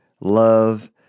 love